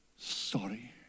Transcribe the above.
Sorry